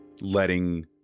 letting